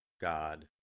God